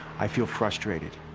i feel frustrated.